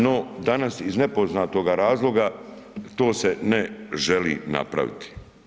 No danas iz nepoznatoga razloga to se ne želi napraviti.